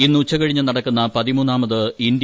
ഇന്ന് ഉച്ചകഴിഞ്ഞ് നടക്കുന്ന പതിമൂന്നാമത് ഇന്ത്യ